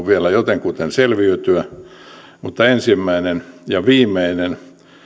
vielä jotenkuten selviytyä mutta ensimmäinen ja ehkä viimeinen